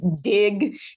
dig